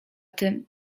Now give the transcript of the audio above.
tym